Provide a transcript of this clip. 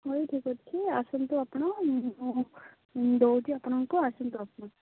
ହଉ ଠିକ୍ ଅଛି ଆସନ୍ତୁ ଆପଣ ମୁଁ ଦେଉଛି ଆପଣଙ୍କୁ ଆସନ୍ତୁ ଆପଣ